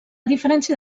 diferència